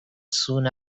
soon